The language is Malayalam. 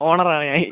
ഓണർ ആണ് ഈ